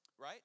Right